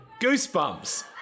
Goosebumps